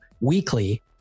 weekly